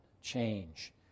change